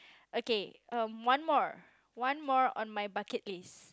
okay um one more one more on my bucket list